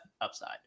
upside